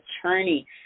attorney